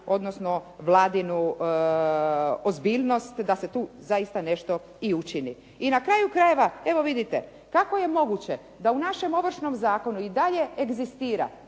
odnosno vladinu ozbiljnost da se tu zaista nešto i učini. I na kraju krajeva, evo vidite. Kako je moguće da u našem Ovršnom zakonu i dalje egzistira